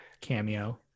cameo